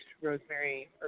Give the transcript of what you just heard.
rosemary